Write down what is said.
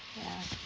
ya